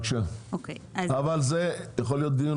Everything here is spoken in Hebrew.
בסדר, גם זה טוב.